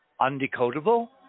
undecodable